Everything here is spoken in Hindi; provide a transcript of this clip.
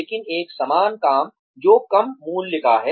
लेकिन एक समान काम जो कम मूल्य का है